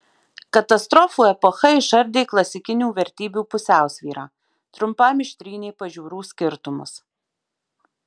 katastrofų epocha išardė klasikinių vertybių pusiausvyrą trumpam ištrynė pažiūrų skirtumus